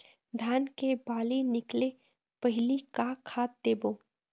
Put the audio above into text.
धान के बाली निकले पहली का खाद देबो?